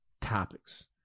topics